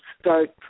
start